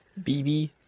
BB